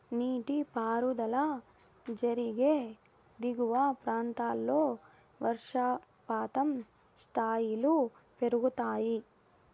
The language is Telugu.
నీటిపారుదల జరిగే దిగువ ప్రాంతాల్లో వర్షపాతం స్థాయిలు పెరుగుతాయి